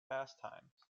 pastimes